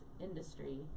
industry